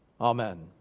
Amen